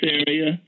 area